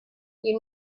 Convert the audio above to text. you